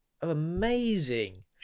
amazing